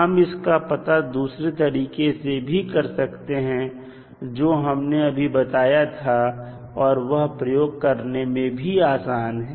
हम इसका पता दूसरे तरीके से भी कर सकते हैं जो हमने अभी बताया था और वह प्रयोग करने में आसान भी है